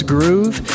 Groove